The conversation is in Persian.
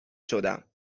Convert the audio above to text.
شدم